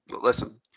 listen